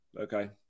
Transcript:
okay